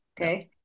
okay